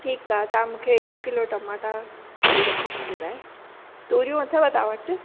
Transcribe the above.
ठीकु आहे तव्हां मूंखे हिकु किलो टमाटा कढी रखो मुंहिंजे लाइ तूरियूं अथव तव्हां वटि